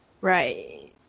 Right